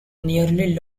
nearly